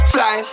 Fly